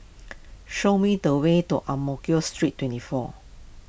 show me the way to Ang Mo Kio Street twenty four